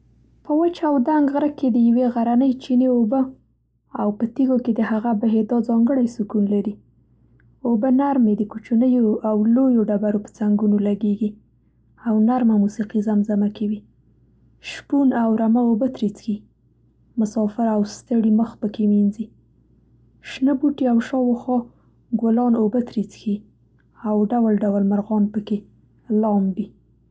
په وچ او دنګ غره کې د یوې غرنۍ چینې اوبه او په تیږو کې د هغه بهېدا ځانګړی سکون لري. اوبه نرمې د کوچنیو او لویو ډبرو په څنګونو لګېږي او نرمه موسیقي زمزمه کوي. شپون او رمه اوبه ترې څښي. مسافر او ستړي مخ په کې مینځي. شنه بوټي او شاوخوا ګلان اوبه ترې څښي او ډول ډول مرغان په کې لامبي.